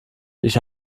ich